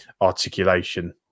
articulation